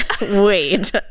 wait